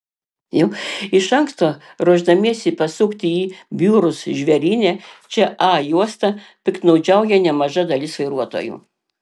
iš anksto ruošdamiesi pasukti į biurus žvėryne čia a juosta piktnaudžiauja nemaža dalis vairuotojų